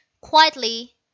Quietly